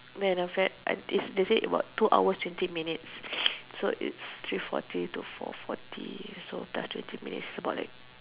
then after that they they said two hours and twenty minutes so it's three forty to four forty that twenty minutes about like